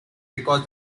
because